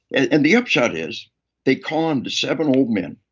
and the upshot is they conned seven old men,